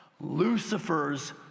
lucifer's